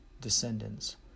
descendants